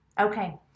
Okay